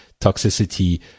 toxicity